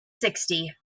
sixty